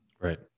Right